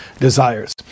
desires